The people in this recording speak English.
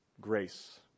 Grace